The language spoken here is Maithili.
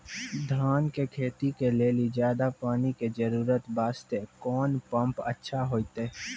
धान के खेती के लेली ज्यादा पानी के जरूरत वास्ते कोंन पम्प अच्छा होइते?